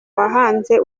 wahanze